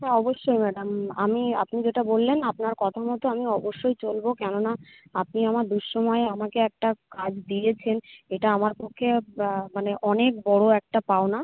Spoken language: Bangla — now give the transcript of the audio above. হ্যাঁ অবশ্যই ম্যাডাম আমি আপনি যেটা বললেন আপনার কথা মতো আমি অবশ্যই চলব কেননা আপনি আমার দুঃসময়ে আমাকে একটা কাজ দিয়েছেন এটা আমার পক্ষে মানে অনেক বড় একটা পাওনা